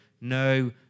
No